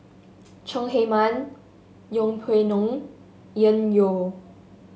Chong Heman Yeng Pway Ngon Yan